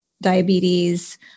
diabetes